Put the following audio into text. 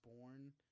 born